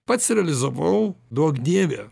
pats realizavau duok dieve